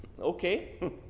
Okay